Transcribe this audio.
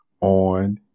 on